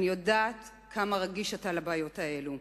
אני יודעת כמה רגיש אתה לבעיות האלה.